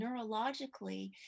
neurologically